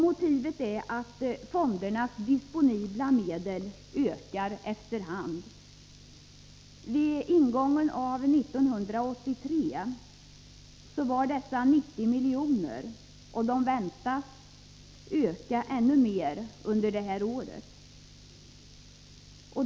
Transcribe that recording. Motivet är att fondens disponibla medel ökar efter hand. Vid ingången av år 1983 var dessa 90 miljoner och väntas öka ännu mer under detta år.